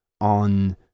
on